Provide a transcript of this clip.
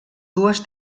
dues